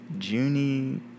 Junie